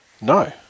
No